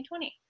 2020